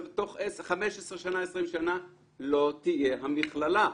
אבל תוך 15-20 שנה לא תהיה המכללה.